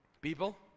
people